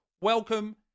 welcome